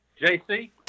JC